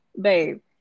babe